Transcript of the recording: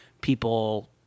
people